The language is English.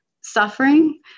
suffering